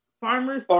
farmers